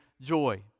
joy